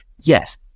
Yes